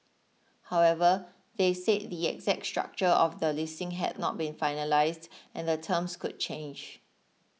however they said the exact structure of the listing had not been finalised and the terms could change